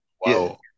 Wow